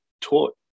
taught